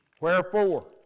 Wherefore